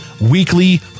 weekly